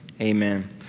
Amen